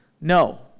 No